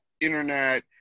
internet